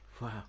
wow